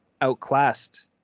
outclassed